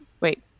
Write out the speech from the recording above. Wait